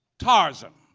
tarzan,